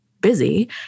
busy